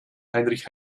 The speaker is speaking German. heinrich